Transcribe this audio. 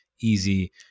easy